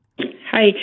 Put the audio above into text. Hi